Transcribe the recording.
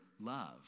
love